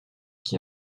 qui